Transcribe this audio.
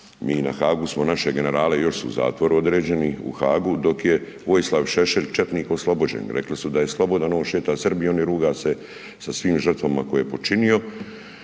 Mi na Haagu smo naše generale još su u zatvoreni određeni u Haagu dok je Vojislav Šešelj oslobođen, rekli su da je slobodan. On šeta Srbijom i ruga se sa svim žrtvama koje je počinio,